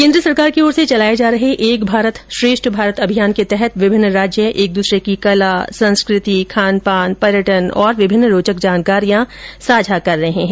केन्द्र सरकार की ओर से चलाए जा रहे एक भारत श्रेष्ठ भारत अभियान के तहत विभिन्न राज्य एक दूसरे की कला संस्कृति और विभिन्न रोचक जानकारियां साझा कर रहे है